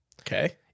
Okay